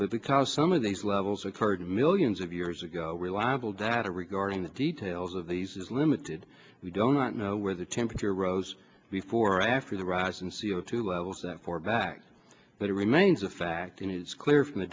but because some of these levels occurred millions of years ago reliable data regarding the details of these is limited we don't know where the temperature rose before or after the rise in c o two levels that for back but it remains a fact and it is clear from the